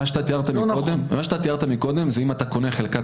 מה שתיארת קודם זה אם אתה קונה חלקת